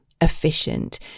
efficient